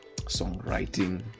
songwriting